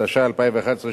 התשע"א 2011,